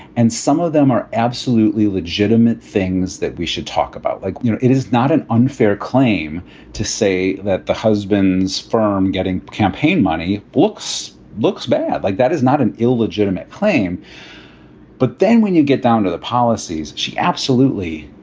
and some of them are absolutely legitimate things that we should talk about. like you know it is not an unfair claim to say that the husband's firm getting campaign money looks looks bad like that is not an illegitimate claim but then when you get down to the policies, she absolutely,